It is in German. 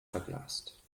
verglast